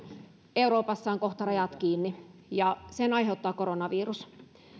euroopassa ovat kohta rajat kiinni ja sen aiheuttaa koronavirus